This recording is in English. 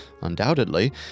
Undoubtedly